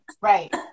Right